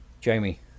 Jamie